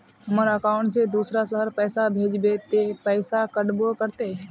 हमर अकाउंट से दूसरा शहर पैसा भेजबे ते पैसा कटबो करते?